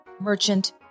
Merchant